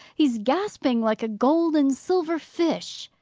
he's gasping like a gold and silver fish!